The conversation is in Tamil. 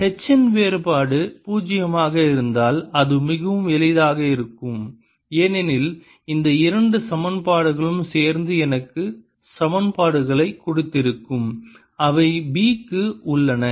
H இன் வேறுபாடு பூஜ்ஜியமாக இருந்திருந்தால் அது மிகவும் எளிதாக இருந்திருக்கும் ஏனெனில் இந்த இரண்டு சமன்பாடுகளும் சேர்ந்து எனக்கு சமன்பாடுகளைக் கொடுத்திருக்கும் அவை B க்கு உள்ளன